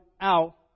out